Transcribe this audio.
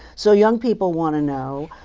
so young people want to know.